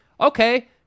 Okay